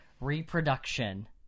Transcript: reproduction